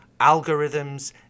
algorithms